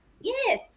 Yes